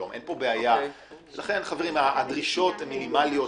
לכן הדרישות הן מינימליות.